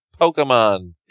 Pokemon